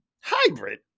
Hybrid